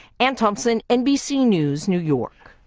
anne thompson, nbc news, new york.